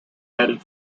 added